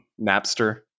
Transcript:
Napster